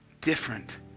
different